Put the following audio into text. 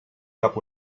cap